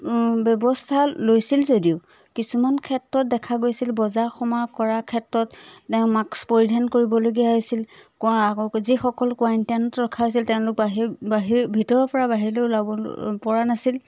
ব্যৱস্থা লৈছিল যদিও কিছুমান ক্ষেত্ৰত দেখা গৈছিল বজাৰ সমাৰ কৰাৰ ক্ষেত্ৰত তেওঁ মাক্স পৰিধান কৰিবলগীয়া হৈছিল যিসকল কুৱাইণ্টাইনত ৰখা হৈছিল তেওঁলোক বাহিৰ বাহিৰ ভিতৰৰপৰা বাহিৰৰেও ওলাব পৰা নাছিল